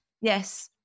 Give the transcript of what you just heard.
yes